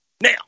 Now